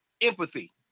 empathy